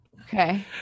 Okay